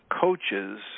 coaches